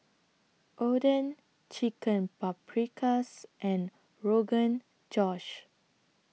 Oden Chicken Paprikas and Rogan Josh